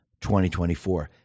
2024